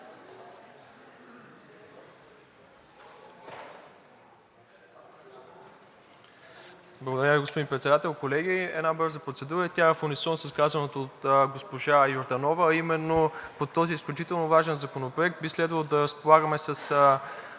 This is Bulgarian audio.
Благодаря Ви, господин Председател. Колеги, една бърза процедура и тя в унисон с казаното от госпожа Йорданова, а именно по този изключително важен законопроект би следвало да разполагаме с